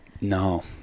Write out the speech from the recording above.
No